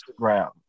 Instagram